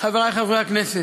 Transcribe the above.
חברי חברי הכנסת,